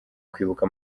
kwibuka